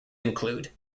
include